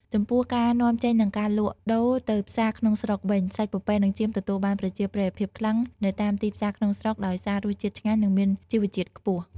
ចំពោះការនាំចេញនិងការលក់ដូរនៅផ្សារក្នុងស្រុកវិញ សាច់ពពែនិងចៀមទទួលបានប្រជាប្រិយភាពខ្ពស់នៅតាមទីផ្សារក្នុងស្រុកដោយសាររសជាតិឆ្ងាញ់និងមានជីវជាតិខ្ពស់។